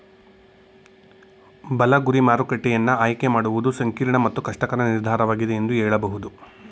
ಬಲ ಗುರಿ ಮಾರುಕಟ್ಟೆಯನ್ನ ಆಯ್ಕೆ ಮಾಡುವುದು ಸಂಕೀರ್ಣ ಮತ್ತು ಕಷ್ಟಕರ ನಿರ್ಧಾರವಾಗಿದೆ ಎಂದು ಹೇಳಬಹುದು